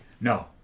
No